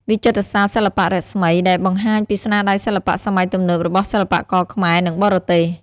វិចិត្រសាលសិល្បៈរស្មី ដែលបង្ហាញពីស្នាដៃសិល្បៈសម័យទំនើបរបស់សិល្បករខ្មែរ និងបរទេស។